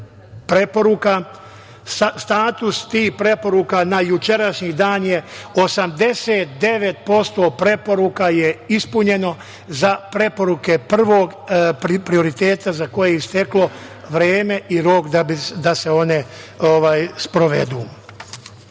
preporuka, status tih preporuka na jučerašnji dan je 89% preporuka, ispunjeno za preporuke prvog prioriteta za koji je isteklo vreme i rok da se one sprovedu. Da